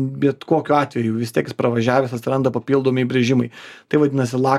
bet kokiu atveju vis tiek jis pravažiavęs atsiranda papildomi įbrėžimai tai vadinasi